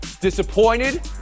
disappointed